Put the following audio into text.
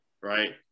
right